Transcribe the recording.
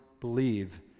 believe